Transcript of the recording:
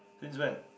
since when